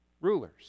rulers